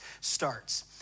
starts